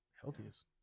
Healthiest